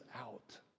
out